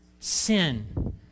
sin